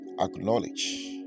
acknowledge